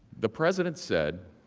the president said